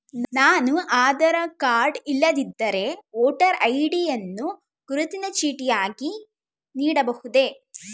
ನಾನು ಆಧಾರ ಕಾರ್ಡ್ ಇಲ್ಲದಿದ್ದರೆ voter ID ಯನ್ನು ಗುರುತಿನ ಚೀಟಿಯಾಗಿ ನೀಡಬಹುದೇ?